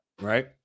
right